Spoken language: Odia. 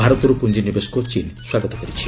ଭାରତରୁ ପୁଞ୍ଜିନିବେଶକୁ ଚୀନ୍ ସ୍ୱାଗତ କରିଛି